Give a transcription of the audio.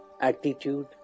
attitude